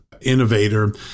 innovator